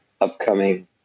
upcoming